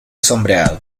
sombreado